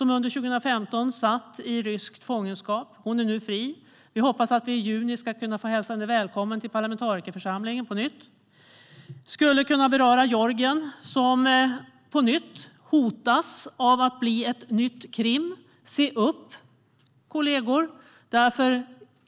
Under 2015 satt hon i rysk fångenskap. Hon är nu fri. Vi hoppas att vi i juni ska få hälsa henne välkommen till parlamentarikerförsamlingen på nytt. Jag skulle kunna ta upp Georgien, som på nytt hotas av att bli ett nytt Krim. Se upp, kollegor!